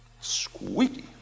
squeaky